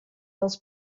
els